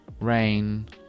rain